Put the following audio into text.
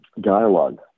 dialogue